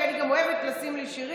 כי אני גם אוהבת לשים לי שירים.